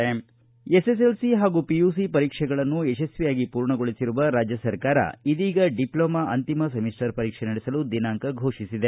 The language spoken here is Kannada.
ಸುಪ್ರಾಂತ್ ಎಸ್ಎಸ್ಎಲ್ಒ ಹಾಗು ಪಿಯುಸಿ ಪರೀಕ್ಷೆಗಳನ್ನು ಯಶಸ್ವಿಯಾಗಿ ಪೂರ್ಣಗೊಳಿಸಿರುವ ರಾಜ್ಯ ಸರ್ಕಾರ ಇದೀಗ ಡಿಪ್ಲೋಮಾ ಅಂತಿಮ ಸೆಮಿಸ್ಟರ್ ಪರೀಕ್ಷೆ ನಡೆಸಲು ದಿನಾಂಕ ಘೋಷಿಸಿದೆ